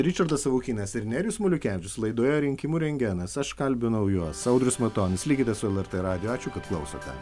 ričardas savukynas ir nerijus maliukevičius laidoje rinkimų rentgenas aš kalbinau juos audrius matonis likite su lrt radiju ačiū kad klausote